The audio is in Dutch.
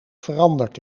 veranderd